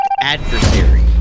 adversary